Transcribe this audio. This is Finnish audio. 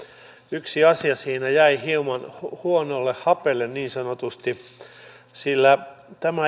yksi asia siinä jäi hieman huonolle hapelle niin sanotusti tämä